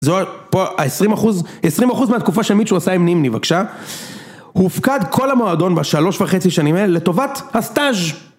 זהו, פה, ה-20 אחוז, 20 אחוז מהתקופה שמישהו עושה עם נימני, בבקשה. הופקד כל המועדון בשלוש וחצי שנים אלה לטובת הסטאז'